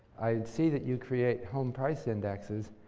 i see that you create home price indexes.